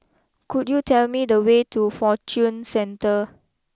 could you tell me the way to Fortune Centre